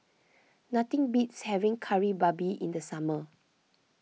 nothing beats having Kari Babi in the summer